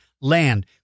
land